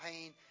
pain